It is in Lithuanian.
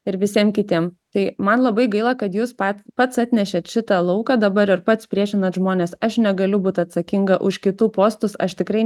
ir visiem kitiem tai man labai gaila kad jūs pat pats atnešėt šitą lauką dabar ir pats priešinat žmonės aš negaliu būt atsakinga už kitų postus aš tikrai